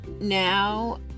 now